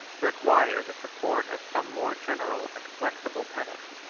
require the support of some more general and flexible tenet.